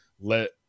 let